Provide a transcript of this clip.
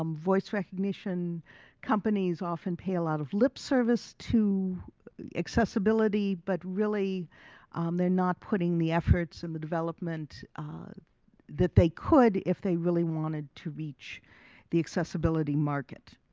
um voice recognition companies often pay a lot of lip service to accessibility, but really um they're not putting the efforts and the development that they could if they really wanted to reach the accessibility market.